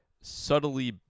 subtly